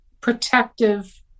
protective